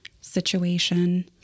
situation